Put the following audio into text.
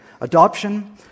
adoption